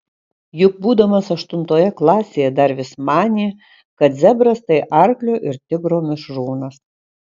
juk būdamas aštuntoje klasėje dar vis manė kad zebras tai arklio ir tigro mišrūnas